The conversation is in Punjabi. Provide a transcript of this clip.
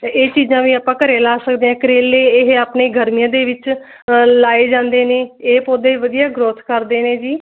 ਇਹ ਚੀਜ਼ਾਂ ਵੀ ਆਪਾਂ ਘਰੇ ਲਾ ਸਕਦੇ ਹਾਂ ਕਰੇਲੇ ਇਹ ਆਪਣੇ ਗਰਮੀਆਂ ਦੇ ਵਿੱਚ ਲਾਏ ਜਾਂਦੇ ਨੇ ਇਹ ਪੌਦੇ ਵਧੀਆ ਗਰੋਥ ਕਰਦੇ ਨੇ ਜੀ